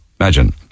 Imagine